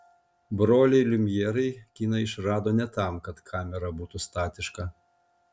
broliai liumjerai kiną išrado ne tam kad kamera būtų statiška